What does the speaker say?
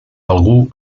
algú